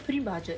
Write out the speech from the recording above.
pretty budget